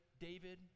David